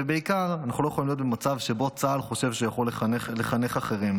ובעיקר אנחנו לא יכול להיות במצב שבו צה"ל חושב שהוא יכול לחנך אחרים.